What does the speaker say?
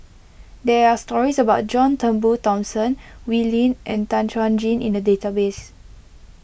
there are stories about John Turnbull Thomson Wee Lin and Tan Chuan Jin in the database